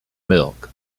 milk